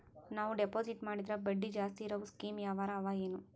ನಾವು ಡೆಪಾಜಿಟ್ ಮಾಡಿದರ ಬಡ್ಡಿ ಜಾಸ್ತಿ ಇರವು ಸ್ಕೀಮ ಯಾವಾರ ಅವ ಏನ?